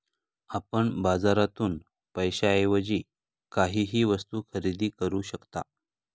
आपण बाजारातून पैशाएवजी काहीही वस्तु खरेदी करू शकता